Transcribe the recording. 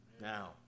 now